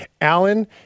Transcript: Alan